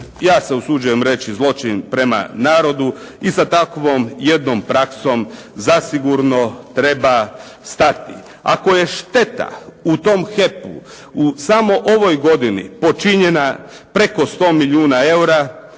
ja se usuđujem reći zločin prema narodu i sa takvom jednom praksom zasigurno treba stati. Ako je šteta u tom HEP-u u samo ovoj godini počinjena preko 100 milijuna eura